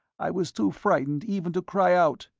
i was too frightened even to cry out.